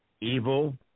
evil